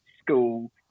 school